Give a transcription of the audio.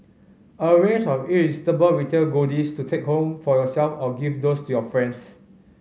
a range of irresistible retail goodies to take home for yourself or gift these to your friends